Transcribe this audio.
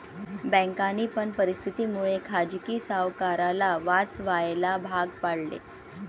बँकांनी पण परिस्थिती मुळे खाजगी सावकाराला वाचवायला भाग पाडले